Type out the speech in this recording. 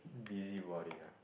busybody ah